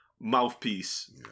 mouthpiece